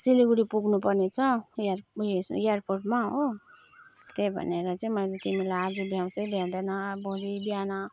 सिलगढी पुग्नुपर्ने छ यहाँ उएसमा एयरपोर्टमा हो त्यही भनेर चाहिँ मैले तिमीलाई आज भ्याउँछ कि भ्याउँदैन भोलि बिहान